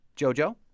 Jojo